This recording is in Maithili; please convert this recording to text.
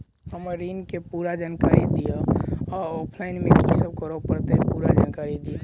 हम्मर ऋण केँ पूरा जानकारी दिय आ ऑफलाइन मे की सब करऽ पड़तै पूरा जानकारी दिय?